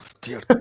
dear